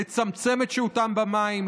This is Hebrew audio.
לצמצם את שהותם במים,